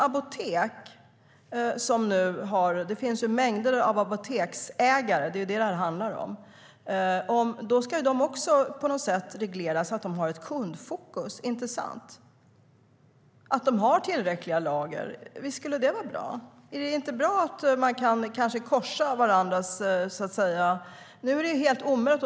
Apoteken - det finns mängder av apoteksägare, för det är vad det handlar om - ska på något sätt reglera så att de har ett kundfokus. Inte sant? Det handlar om att de har tillräckliga lager. Visst skulle det vara bra. Är det inte bra att man så att säga kan korsa varandra? Nu är det helt omöjligt.